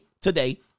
today